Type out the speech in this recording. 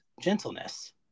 gentleness